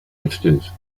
instance